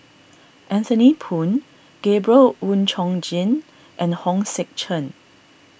Anthony Poon Gabriel Oon Chong Jin and Hong Sek Chern